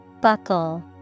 Buckle